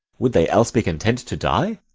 would they else be content to die?